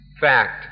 fact